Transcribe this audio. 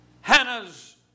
Hannah's